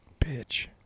bitch